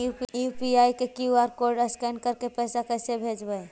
UPI के QR code scan करके पैसा कैसे भेजबइ?